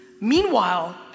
Meanwhile